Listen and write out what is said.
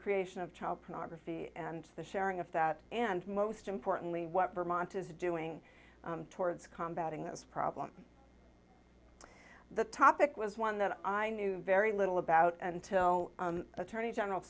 creation of child pornography and the sharing of that and most importantly what vermont is doing towards combating this problem the topic was one that i knew very little about until attorney general